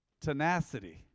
Tenacity